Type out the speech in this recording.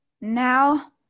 now